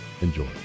Enjoy